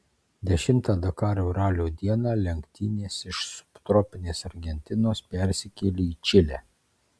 dešimtą dakaro ralio dieną lenktynės iš subtropinės argentinos persikėlė į čilę